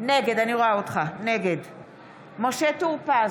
נגד משה טור פז,